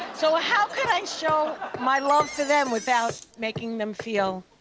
so how could i show my love for them without making them feel?